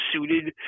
suited